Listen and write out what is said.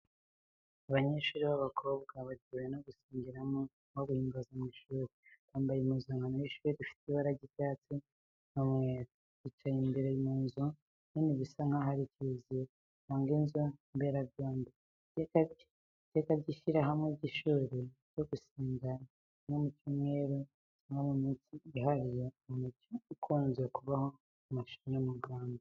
Abanyeshuri b’abakobwa baryohewe no gusengeramo cyangwa guhimbaza mu ishuri, bambaye impuzanko y’ishuri ifite ibara ry’icyatsi n’umweru, bicaye imbere mu nzu nini bisa n’aho ari kiriziya, cyangwa inzu mberabyombi. iteka ry’ishyirahamwe ry’ishuri ryo gusenga rimwe mu cyumweru cyangwa mu minsi yihariye, ni umuco ukunze kubaho mu mashuri yo mu Rwanda.